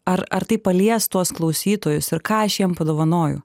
ar ar tai palies tuos klausytojus ir ką aš jiem padovanoju